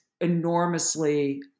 enormously